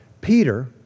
Peter